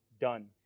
done